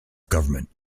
government